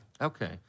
Okay